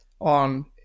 on